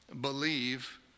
believe